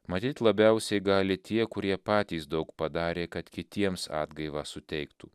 matyt labiausiai gali tie kurie patys daug padarė kad kitiems atgaivą suteiktų